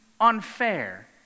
unfair